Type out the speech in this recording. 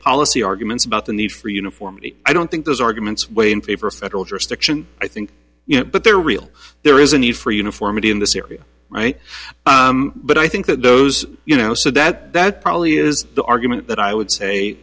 policy arguments about the need for uniformity i don't think those arguments weigh in favor of federal jurisdiction i think you know but there are real there is a need for uniformity in this area right but i think that those you know so that that probably is the argument that i would say